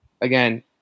Again